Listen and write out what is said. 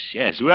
yes